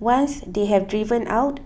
once they have driven out